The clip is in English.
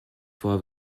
for